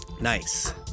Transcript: Nice